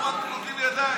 אנחנו רק נוטלים ידיים.